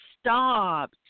stop